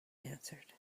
answered